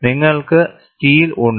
നിങ്ങൾക്ക് സ്റ്റീൽ ഉണ്ട്